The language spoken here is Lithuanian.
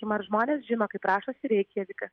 ar žmonės žino kaip rašosi reikjavikas